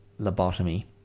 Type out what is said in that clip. lobotomy